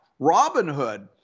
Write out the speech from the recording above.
Robinhood